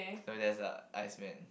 so there's a iceman